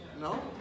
No